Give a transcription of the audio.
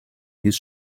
his